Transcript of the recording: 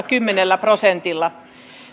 kymmenellä prosentilla